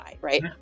Right